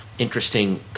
interesting